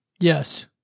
Yes